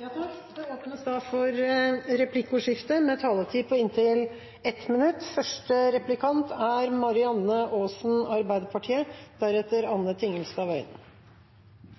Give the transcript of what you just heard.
Det blir replikkordskifte. Som statsråd Røe Isaksen nevnte i sitt innlegg, foregår det